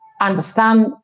understand